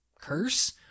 curse